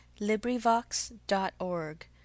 LibriVox.org